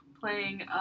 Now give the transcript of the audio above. playing